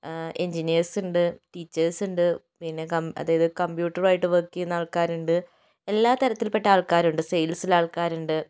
engineers ഉണ്ട് teachers ഉണ്ട് പിന്നെ ക അതായത് കമ്പ്യൂട്ടർ ആയിട്ട് വർക്ക് ചെയ്യുന്ന ആൾക്കാരുണ്ട് എല്ലാ തരത്തിൽപ്പെട്ട ആൾക്കാരുണ്ട് സെയിൽസിൽ ആൾക്കാരുണ്ട്